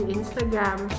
Instagram